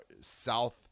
south